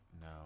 no